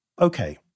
Okay